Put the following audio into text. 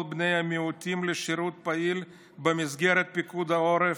בני המיעוטים לשירות פעיל במסגרת פיקוד העורף,